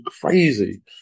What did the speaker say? crazy